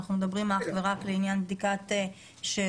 אנחנו מדברים אך ורק לעניין בדיקת שאריות,